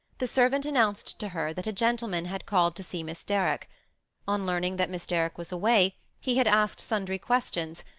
the servant announced to her that a gentleman had called to see miss derrick on learning that miss derrick was away, he had asked sundry questions,